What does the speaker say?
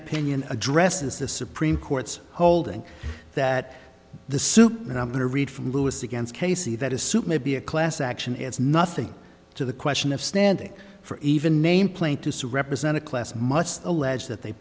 opinion addresses the supreme court's holding that the soup and i'm going to read from lewis against casey that a suit may be a class action is nothing to the question of standing for even name plaintiffs who represent a class must allege that they